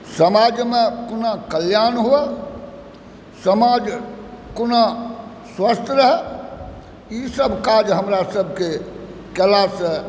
समाजमे कोना कल्याण हो समाज कोना स्वस्थ्य रहै ई सभ काज हमरा सभकेँ कयलासँ